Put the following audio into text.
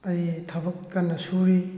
ꯑꯩ ꯊꯕꯛ ꯀꯟꯅ ꯁꯨꯔꯤ